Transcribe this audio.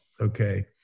okay